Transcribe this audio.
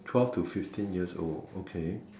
twelve to fifteen years old okay